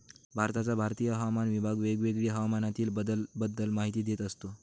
भारताचा भारतीय हवामान विभाग वेळोवेळी हवामानातील बदलाबद्दल माहिती देत असतो